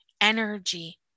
energy